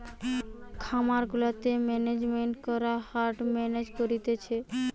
খামার গুলাতে ম্যানেজমেন্ট করে হার্ড মেনেজ করতিছে